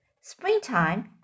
Springtime